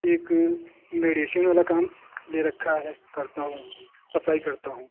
एक मेडिसिन वाला काम ले रखा है करता हूँ सप्लाई करता हूँ